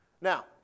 Now